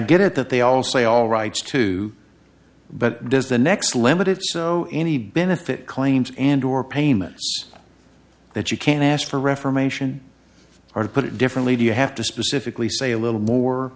get it that they all say all rights too but does the next limit if so any benefit claims and or payments that you can ask for reformation or to put it differently do you have to specifically say a little more